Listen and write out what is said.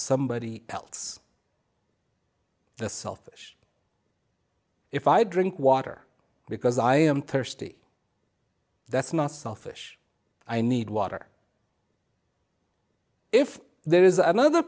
somebody else the selfish if i drink water because i am thirsty that's not selfish i need water if there is another